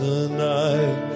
Tonight